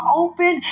open